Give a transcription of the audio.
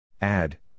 Add